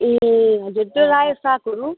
ए हजुर त्यो रायो सागहरू